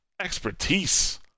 expertise